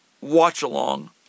watch-along